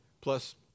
plus